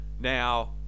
Now